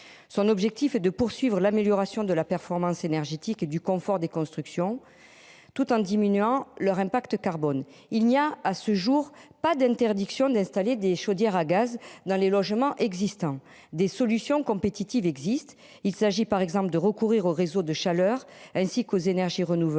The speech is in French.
Son objectif est de poursuivre l'amélioration de la performance énergétique et du confort des constructions. Tout en diminuant leur impact carbone. Il n'y a à ce jour pas d'interdiction d'installer des chaudières à gaz dans les logements existants des solutions compétitives existe, il s'agit par exemple de recourir aux réseaux de chaleur, ainsi qu'aux énergies renouvelables